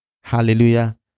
Hallelujah